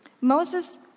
Moses